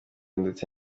ndetse